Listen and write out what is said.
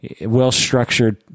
Well-structured